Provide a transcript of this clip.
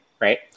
right